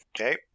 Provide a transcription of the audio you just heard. Okay